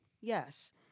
yes